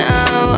Now